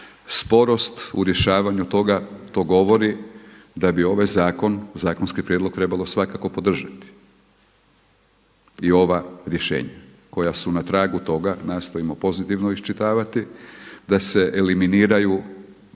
sporost u rješavanju toga, to govori da bi ovaj zakon, zakonski prijedlog trebalo svakako podržati i ova rješenja koja su na tragu toga nastojimo pozitivno iščitavati da se eliminiraju